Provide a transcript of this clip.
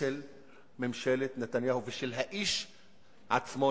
של ממשלת נתניהו ושל האיש עצמו,